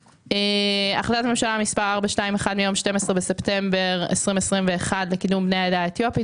החלטת ממשלה מס' 421 מיום 12 בספטמבר 2021 לקידום בני העדה האתיופית,